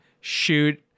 shoot